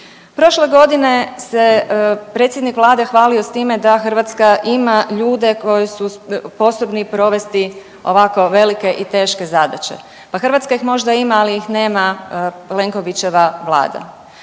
Prošle godine se predsjednik vlade hvalio s time da Hrvatska ima ljude koji su sposobni provesti ovako velike i teške zadaće, pa Hrvatska ih možda ima, ali ih nema Plenkovićeva vlada.